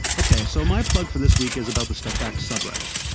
ok, so my plug for this week is about the step back subreddit.